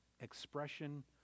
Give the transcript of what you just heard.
expression